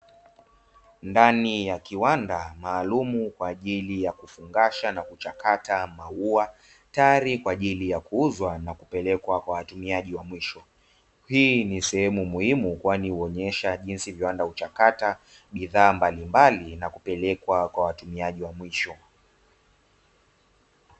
Ndani ya kiwanda maalumu kwa ajili ya kufungasha na kuchakata maua tayari kwa ajili ya kuuzwa na kupelekwa kwa watumiaji wa mwisho. Hii ni sehemu muhimu kwani huonyesha jinsi viwanda huchakata bidhaa mbalimbali na kupelekwa kwa watumiaji wa mwisho.